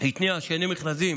התניע שני מכרזים